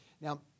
Now